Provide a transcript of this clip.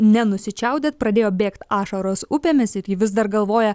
nenusičiaudėt pradėjo bėgt ašaros upėmis ir ji vis dar galvoja